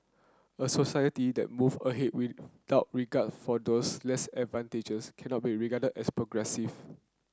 a society that move ahead without regard for those less advantaged cannot be regarded as progressive